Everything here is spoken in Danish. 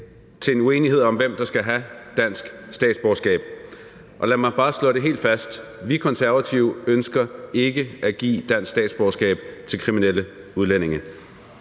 til en uenighed om, hvem der skal have dansk statsborgerskab. Lad mig bare slå det helt fast: Vi Konservative ønsker ikke at give dansk statsborgerskab til kriminelle udlændinge.